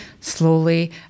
slowly